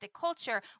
culture